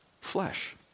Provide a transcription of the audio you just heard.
flesh